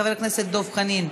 חבר הכנסת דב חנין,